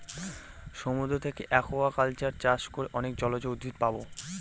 সমুদ্র থাকে একুয়াকালচার চাষ করে অনেক জলজ উদ্ভিদ পাবো